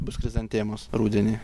bus chrizantemos rudenį